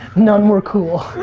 none were cool.